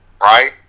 right